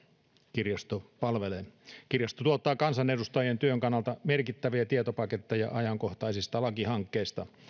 kirjasto palvelee kirjasto tuottaa kansanedustajien työn kannalta merkittäviä tietopaketteja ajankohtaisista lakihankkeista